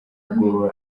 bwoba